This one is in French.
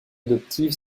adoptive